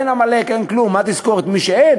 אין עמלק, אין כלום, מה תזכור, את מי שאין?